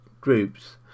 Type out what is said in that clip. groups